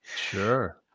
Sure